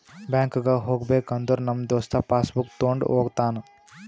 ಬ್ಯಾಂಕ್ಗ್ ಹೋಗ್ಬೇಕ ಅಂದುರ್ ನಮ್ ದೋಸ್ತ ಪಾಸ್ ಬುಕ್ ತೊಂಡ್ ಹೋತಾನ್